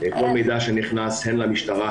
כל מידע שנכנס הן למשטרה,